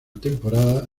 temporada